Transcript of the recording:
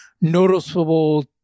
noticeable